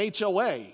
HOA